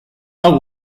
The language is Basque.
hau